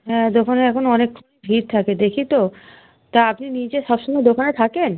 হ্যাঁ দোকানে এখন অনেক ভিড় থাকে দেখি তো তা আপনি নিজে সব সময় দোকানে থাকেন